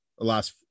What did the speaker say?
Last